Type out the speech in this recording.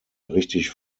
richtig